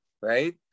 Right